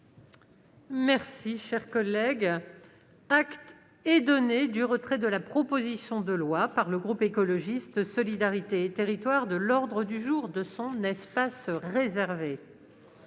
la présidente. Acte est donné du retrait de la proposition de loi par le groupe Écologiste - Solidarité et Territoires de l'ordre du jour de son espace réservé.